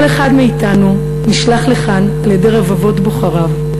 כל אחד מאתנו נשלח לכאן על-ידי רבבות בוחריו.